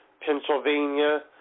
Pennsylvania